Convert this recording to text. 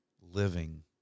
living